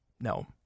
No